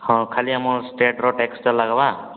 ହଁ ଖାଲି ଆମର ଷ୍ଟେଟର ଟାକ୍ସ୍ଟା ଲାଗିବ